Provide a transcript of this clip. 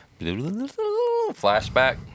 flashback